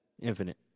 Infinite